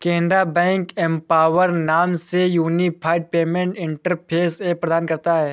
Canara bank empower नाम से unified payment interface app प्रदान करता हैं